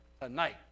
tonight